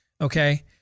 Okay